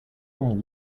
them